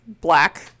black